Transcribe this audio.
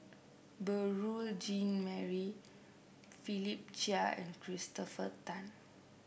Beurel Jean Marie Philip Chia and Christopher Tan